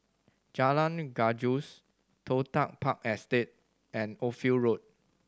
Jalan Gajus Toh Tuck Park Estate and Ophir Road